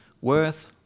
Worth